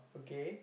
okay